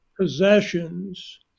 possessions